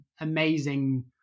amazing